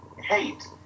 hate